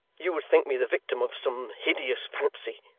you would think me the victim of some hideous fancy.